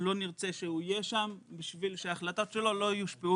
לא נרצה שהוא יהיה שם בשביל שההחלטות שלו לא יושפעו